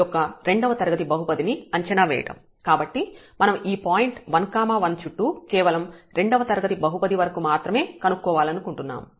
కాబట్టి మనం ఈ పాయింట్ 1 1 చుట్టూ కేవలం రెండవ తరగతి బహుపది వరకు మాత్రమే కనుక్కోవాలనుకుంటున్నాము